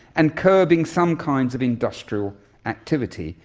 and curbing some kinds of industrial activity,